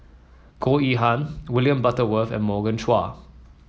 Goh Yihan William Butterworth and Morgan Chua